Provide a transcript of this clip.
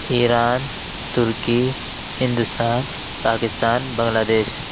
ایران ترکی ہندوستان پاکستان بنگلہ دیش